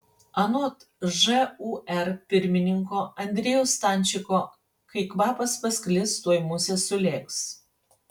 anot žūr pirmininko andriejaus stančiko kai kvapas pasklis tuoj musės sulėks